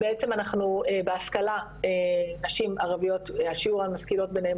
בעצם אנחנו בהשכלה נשים ערביות שיעור המשכילות ביניהן